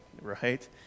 right